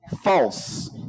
false